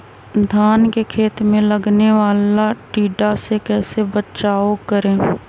धान के खेत मे लगने वाले टिड्डा से कैसे बचाओ करें?